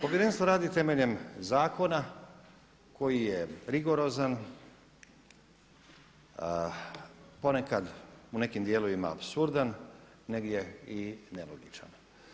Povjerenstvo radi temeljem zakona koji je rigorozan, ponekad u nekim dijelovima apsurdan, negdje i nelogičan.